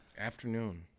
Afternoon